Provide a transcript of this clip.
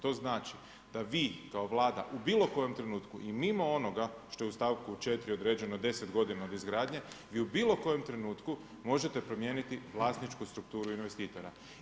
To znači da vi kao Vlada u bilo kojem trenutku i mimo onoga što je u stavku 4. određeno 10 godina od izgradnje, vi u bilo kojem trenutku možete promijeniti vlasničku strukturu investitora.